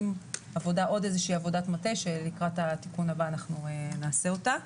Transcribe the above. עם עוד איזו שהיא עבודת מטה שלקראת התיקון הבא אנחנו נעשה אותה.